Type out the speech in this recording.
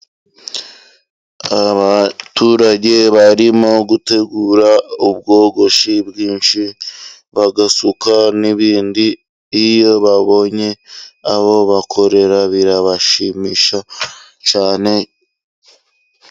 Abaturage barimo gutegura ubwogoshi bwinshi bagasuka n'ibindi ,iyo babonye abo bakorera birabashimisha cyane...